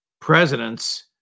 presidents-